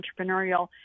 entrepreneurial